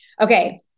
Okay